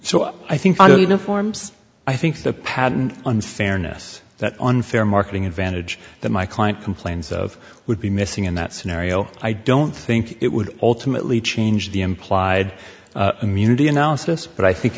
so i think forms i think the patent unfairness that unfair marketing advantage that my client complains of would be missing in that scenario i don't think it would ultimately change the implied immunity analysis but i think